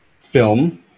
film